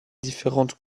différentes